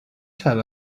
tell